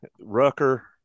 rucker